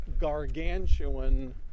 gargantuan